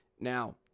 Now